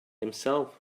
himself